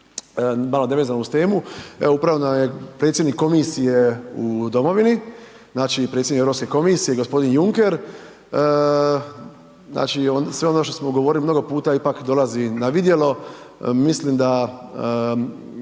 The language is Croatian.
malo nevezano uz temu, evo upravo nam je predsjednik komisije u domovini, znači predsjednik Europske komisije gospodin Juncker, znači sve ono što smo govorili mnogo puta ipak dolazi na vidjelo. Mislim da,